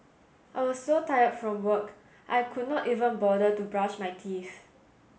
I was so tired from work I could not even bother to brush my teeth